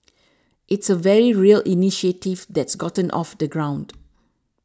it's a very real initiative that's gotten off the ground